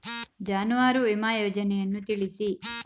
ಜಾನುವಾರು ವಿಮಾ ಯೋಜನೆಯನ್ನು ತಿಳಿಸಿ?